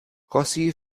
rossi